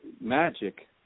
magic